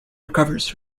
recovers